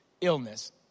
illness